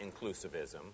inclusivism